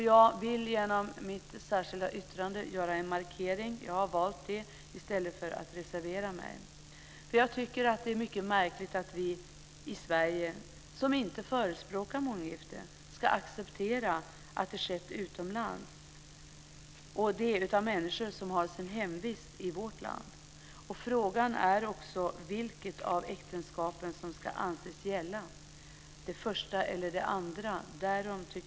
Jag har genom mitt särskilda yttrande velat göra en markering i stället för att reservera mig. Jag tycker att det är mycket märkligt att vi i Sverige, som inte förespråkar månggifte, ska acceptera det när det genomförs utomlands av människor som har sin hemvist i vårt land. Frågan är också vilket av äktenskapen som ska anses gälla, det första eller det andra.